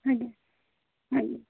ଆଜ୍ଞା ଆଜ୍ଞା